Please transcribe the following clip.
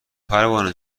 پروانه